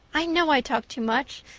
i know i talk too much,